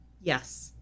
Yes